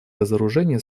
разоружения